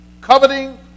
coveting